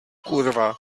kurva